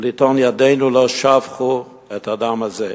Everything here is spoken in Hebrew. ולטעון: ידינו לא שפכו את הדם הזה.